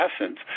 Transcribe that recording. essence